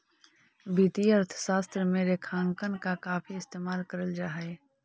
वित्तीय अर्थशास्त्र में रेखांकन का काफी इस्तेमाल करल जा हई